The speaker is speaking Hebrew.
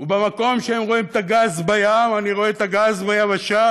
ובמקום שהם רואים את הגז בים אני רואה את הגז ביבשה,